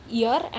year